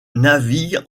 navigue